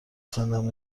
سنم